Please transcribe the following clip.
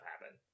happen